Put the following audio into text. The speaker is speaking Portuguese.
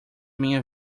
minha